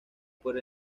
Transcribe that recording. por